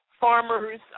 farmers